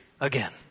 again